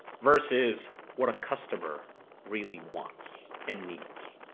versus what a customer really wants and needs.